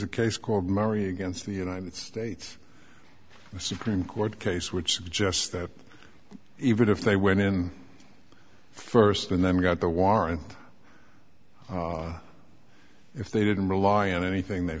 a case called mary against the united states supreme court case which suggests that even if they went in first and then got the warrant if they didn't rely on anything they